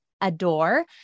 adore